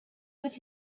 with